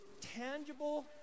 tangible